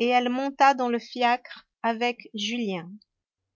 et elle monta dans le fiacre avec julien